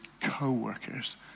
co-workers